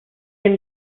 can